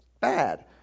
bad